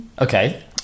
Okay